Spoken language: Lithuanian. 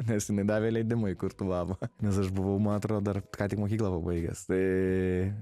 nes jinai davė leidimą įkurt uabą nes aš buvau man atrodo dar ką tik mokyklą pabaigęs tai